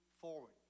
forward